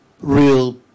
real